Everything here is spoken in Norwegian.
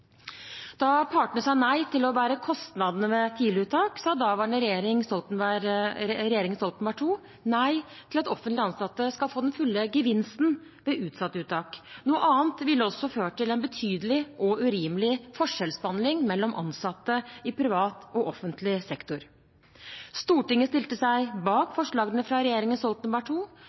Da partene sa nei til å bære kostnadene ved tidliguttak, sa daværende regjering, regjeringen Stoltenberg II, nei til at offentlig ansatte skal få den fulle gevinsten ved utsatt uttak. Noe annet ville også ført til en betydelig og urimelig forskjellsbehandling mellom ansatte i privat og offentlig sektor. Stortinget stilte seg bak forslagene fra regjeringen Stoltenberg II,